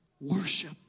worship